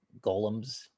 golems